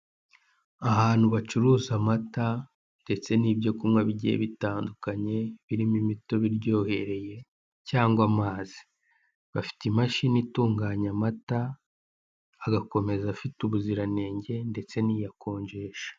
Ahantu bacuruza amata ndetse n'ibyo kunywa bigiye bitandukanye birimo imitobe iryohereye cyangwa amazi, bafite imashini itunganye amata agakomeza afite ubuziranenge ndetse n'iyakonjesha.